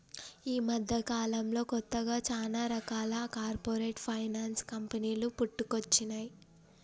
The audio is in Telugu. యీ మద్దెకాలంలో కొత్తగా చానా రకాల కార్పొరేట్ ఫైనాన్స్ కంపెనీలు పుట్టుకొచ్చినై